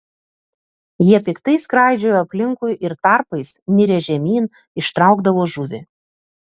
jie piktai skraidžiojo aplinkui ir tarpais nirę žemyn ištraukdavo žuvį